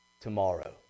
tomorrow